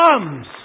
comes